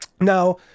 Now